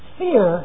fear